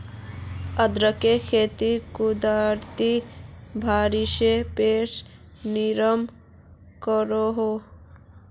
अदरकेर खेती कुदरती बारिशेर पोर निर्भर करोह